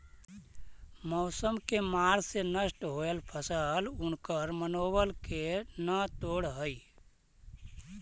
मौसम के मार से नष्ट होयल फसल उनकर मनोबल के न तोड़ हई